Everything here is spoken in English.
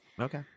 Okay